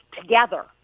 together